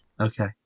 Okay